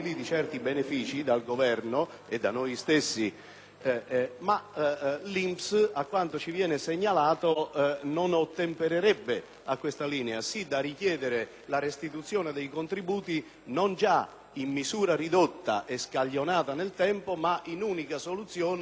ma l'INPS, a quanto ci viene segnalato, non ottempererebbe a questa linea, sì da richiedere la restituzione dei contributi non già in misura ridotta e scaglionata nel tempo ma in unica soluzione. PRESIDENTE. Scusi senatore, non so